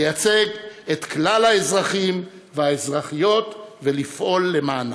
לייצג את כלל האזרחים והאזרחיות ולפעול למענם.